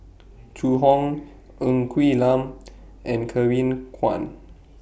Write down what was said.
Zhu Hong Ng Quee Lam and Kevin Kwan